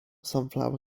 sunflower